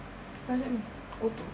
what does that mean O two